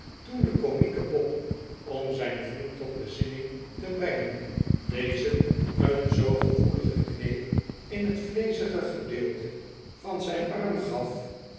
toen de komieke bob i om zijn vriend tot bezinning te brengen dezen een zoo gevoeligen kneep in het vleezige gedeelte van zijn arm gaf